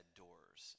doors